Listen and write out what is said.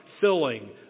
filling